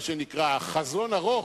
חזון ארוך,